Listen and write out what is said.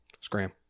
Scram